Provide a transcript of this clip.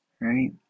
right